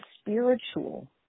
spiritual